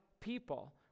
people